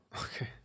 Okay